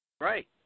Right